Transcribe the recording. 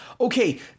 Okay